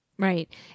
Right